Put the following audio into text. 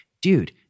dude